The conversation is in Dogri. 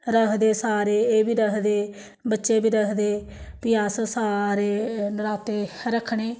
रखदे सारे एह् बी रखदे बच्चे बी रखदे भी अस सारे नराते रक्खने